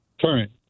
Current